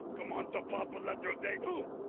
come on to papa, letter of day.